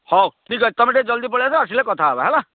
ହଉ ଠିକ୍ ଅଛି ତମେ ଟିକେ ଜଲଦି ପଳାଇ ଆସ ଆସିଲେ କଥା ହେବା ହେଲା